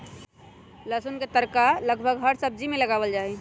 लहसुन के तड़का लगभग हर सब्जी में लगावल जाहई